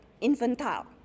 infantile